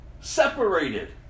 Separated